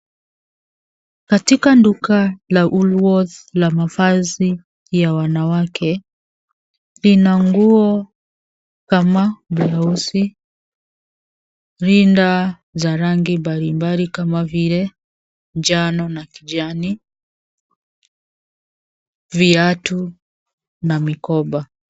Katika duka la Woolworths ya mavazi ya wanawake. Lina nguo kama bluazi, rinda za rangi mbalimbali kama vile njano na kijani, viatu na mikoba.